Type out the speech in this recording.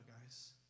guys